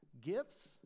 Gifts